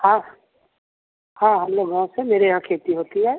हाँ हाँ हम लोग गाँव से मेरे यहाँ खेती होती है